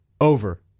Over